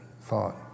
thought